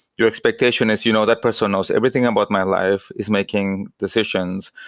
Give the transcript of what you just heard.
your expectation is you know that person knows everything about my life is making decisions,